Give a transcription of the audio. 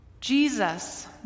Jesus